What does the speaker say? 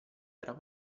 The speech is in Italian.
era